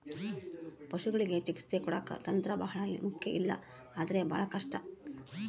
ಪಶುಗಳಿಗೆ ಚಿಕಿತ್ಸೆ ಕೊಡಾಕ ತಂತ್ರ ಬಹಳ ಮುಖ್ಯ ಇಲ್ಲ ಅಂದ್ರೆ ಬಹಳ ಕಷ್ಟ